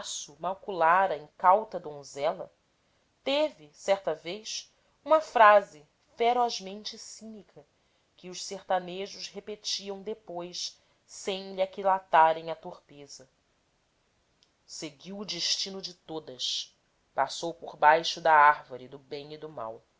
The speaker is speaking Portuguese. devasso maculara incauta donzela teve certa vez uma frase ferozmente cínica que os sertanejos repetiam depois sem lhe aquilatarem a torpeza seguiu o destino de todas passou por baixo da árvore do bem e do mal